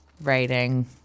writing